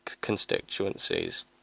constituencies